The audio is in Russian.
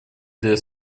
для